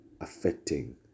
affecting